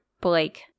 blake